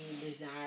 desire